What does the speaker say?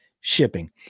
shipping